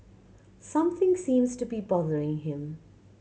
something seems to be bothering him